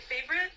favorite